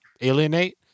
alienate